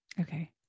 Okay